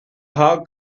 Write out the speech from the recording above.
hog